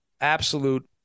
absolute